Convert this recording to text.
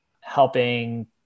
helping